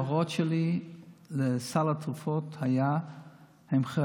וההוראות שלי לסל התרופות היו,